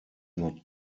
not